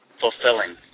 fulfilling